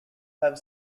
have